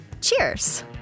cheers